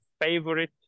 favorite